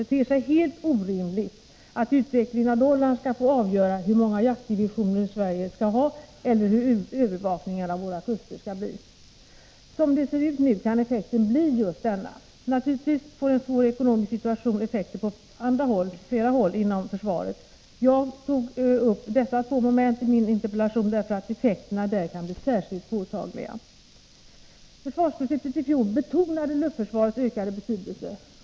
Det ter sig helt orimligt att utvecklingen av dollarn skall få avgöra hur många jaktdivisioner Sverige skall ha eller hur övervakningen av våra kuster skall bli. Som det ser ut nu kan effekten bli just denna. Naturligtvis får en svår ekonomisk situation effekter på flera håll inom försvaret. Jag tog upp dessa två moment i min interpellation därför att effekterna där kan bli särskilt påtagliga. Försvarsbeslutet i fjol betonade luftförsvarets ökade betydelse.